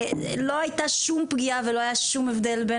לא הייתה שום פגיעה ולא היה שום הבדל בין